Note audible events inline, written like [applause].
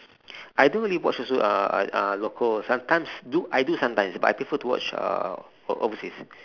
[breath] I don't really watch also uh uh local sometimes do I do sometimes but I prefer to watch uh overseas